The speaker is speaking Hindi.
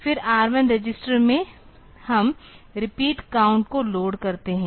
फिर R1 रजिस्टर में हम रिपीट काउंट को लोड करते हैं